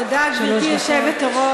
תודה, גברתי היושבת-ראש.